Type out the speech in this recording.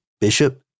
Bishop